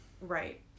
right